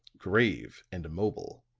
grave and immobile,